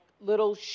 little